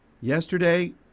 yesterday